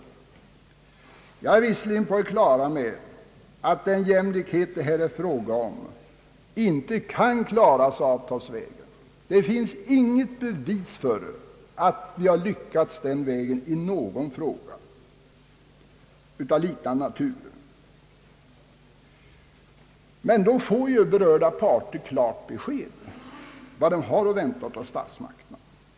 Jag är visserligen på det klara med att den jämlikhet det här är fråga om inte kan klaras avtalsvägen. Det finns inget bevis för att man den vägen lyckats i någon fråga av liknande natur. Men då får ju berörda parter klart besked om vad de har att vänta sig av statsmakterna.